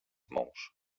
mąż